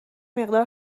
مقدار